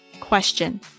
question